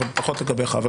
אבל פחות לגביך,